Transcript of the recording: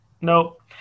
nope